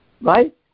right